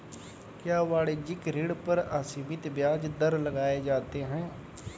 क्या वाणिज्यिक ऋण पर असीमित ब्याज दर लगाए जाते हैं?